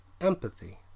empathy